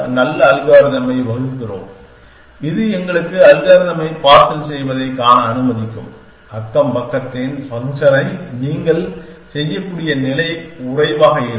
நல்ல அல்காரிதமை நாம் வகுக்கிறோம் இது எங்களுக்கு அல்காரிதமை பார்சல் செய்வதைக் காண அனுமதிக்கும் நெய்பர்ஹூட் ஃபங்க்ஷனை நீங்கள் செய்யக்கூடிய நிலை குறைவாக இருக்கும்